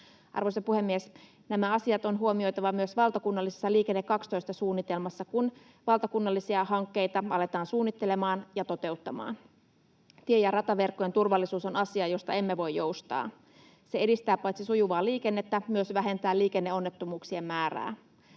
Arvoisa puhemies! Nämä asiat on huomioitava myös valtakunnallisessa Liikenne 12 ‑suunnitelmassa, kun valtakunnallisia hankkeita aletaan suunnittelemaan ja toteuttamaan. Tie- ja rataverkkojen turvallisuus on asia, josta emme voi joustaa. Se paitsi edistää sujuvaa liikennettä myös vähentää liikenneonnettomuuksien määrää.